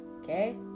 Okay